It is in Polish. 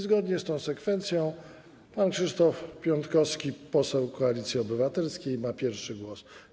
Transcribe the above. Zgodnie z tą sekwencją pan Krzysztof Piątkowski, poseł Koalicji Obywatelskiej, ma pierwszy głos.